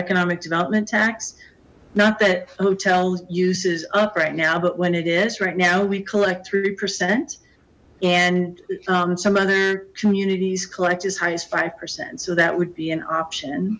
economic development tax not that hotel uses up right now but when it is right now we collect three percent and some other communities collect as high as five percent so that would be an option